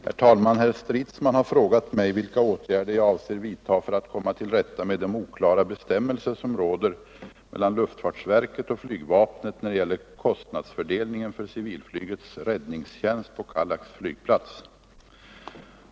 Herr talman! Herr Stridsman har frågat mig vilka åtgärder jag avser vidta för att komma till rätta med de oklara bestämmelser som råder mellan luftfartsverket och flygvapnet när det gäller kostnadsfördelningen för civilflygets räddningstjänst på Kallax flygplats.